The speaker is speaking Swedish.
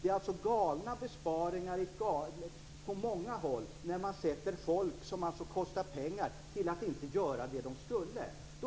Det är alltså galna besparingar på många håll, när folk som kostar pengar sätts att göra annat än det som de skulle göra.